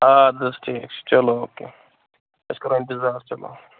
اَدٕ حظ ٹھیٖک چھِ چلو اوکے أسۍ کَرو اِنتظار چلو